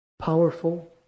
powerful